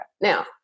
Now